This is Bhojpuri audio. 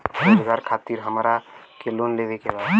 रोजगार खातीर हमरा के लोन लेवे के बा?